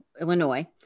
Illinois